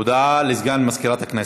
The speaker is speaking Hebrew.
הודעה לסגן מזכירת הכנסת.